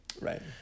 Right